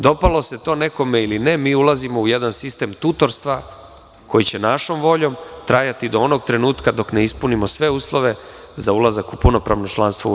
Dopalo se to nekome ili ne mi ulazimo u jedan sistem tutorstva koji će našom voljom trajati do onog trenutka dok ne ispunimo sve uslove za ulazak u punopravno članstvo u EU.